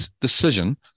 decision